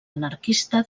anarquista